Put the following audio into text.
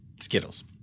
Skittles